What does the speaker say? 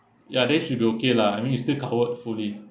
ya they should be okay lah I mean you still covered fully